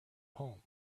home